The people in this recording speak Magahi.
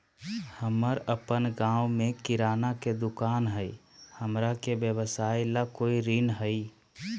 हमर अपन गांव में किराना के दुकान हई, हमरा के व्यवसाय ला कोई ऋण हई?